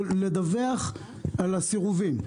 -- לדווח על הסירובים.